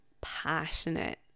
passionate